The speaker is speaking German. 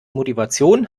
motivation